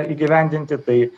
įgyvendinti tai